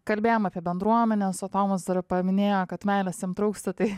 kalbėjom apie bendruomenes o tomas dar paminėjo kad meilės jam trūksta tai